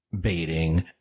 baiting